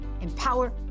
empower